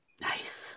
Nice